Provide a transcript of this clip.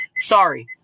Sorry